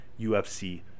UFC